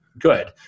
good